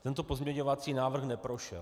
Tento pozměňovací návrh neprošel.